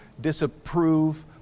disapprove